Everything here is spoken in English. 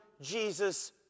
Jesus